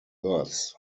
thus